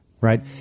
right